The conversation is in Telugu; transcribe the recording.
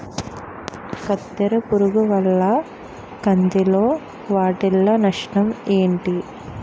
కత్తెర పురుగు వల్ల కంది లో వాటిల్ల నష్టాలు ఏంటి